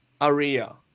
area